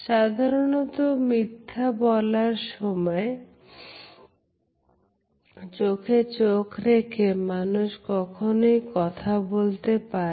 সাধারণত মিথ্যে বলার সময় চোখে চোখ রেখে মানুষ কখনোই কথা বলতে পারে না